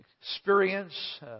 experience